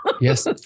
Yes